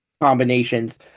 combinations